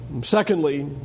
Secondly